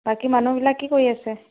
বাকি মানুহবিলাক কি কৰি আছে